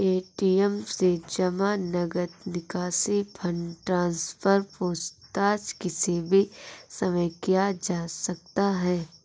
ATM से जमा, नकद निकासी, फण्ड ट्रान्सफर, पूछताछ किसी भी समय किया जा सकता है